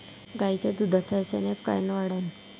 गायीच्या दुधाचा एस.एन.एफ कायनं वाढन?